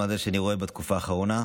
לעומת מה שאני רואה בתקופה האחרונה.